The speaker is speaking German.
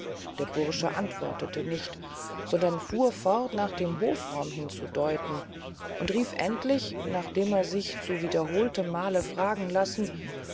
der bursch antwortete nicht sondern fuhr fort nach dem hofraum hinzudeuten und rief endlich nachdem er sich zu wiederholtenmalen fragen lassen